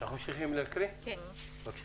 בבקשה.